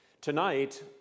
Tonight